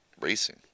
Racing